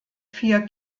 vier